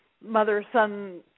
mother-son